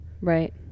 Right